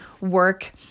work